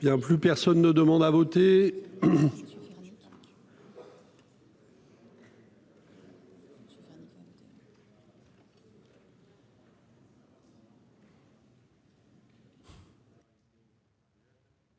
Bien plus personne ne demande à voter